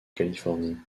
californie